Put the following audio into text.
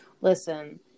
listen